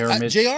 Jr